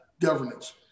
governance